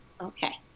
Okay